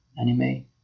anime